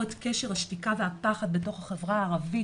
את קשר השתיקה והפחד בתוך החברה הערבית.